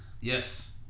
Yes